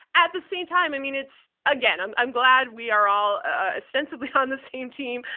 at the same time, i mean it's again, i'm i'm glad we're all ah ostensibly on the same team.